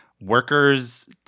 workers